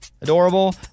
adorable